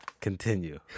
Continue